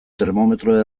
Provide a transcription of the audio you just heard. termometro